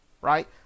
right